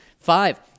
Five